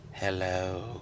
Hello